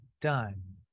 done